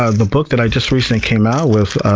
ah the book that i just recently came out with,